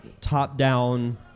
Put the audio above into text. top-down